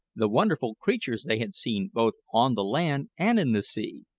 the wonderful creatures they had seen both on the land and in the sea,